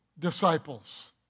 disciples